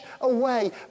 away